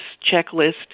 checklist